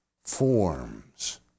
forms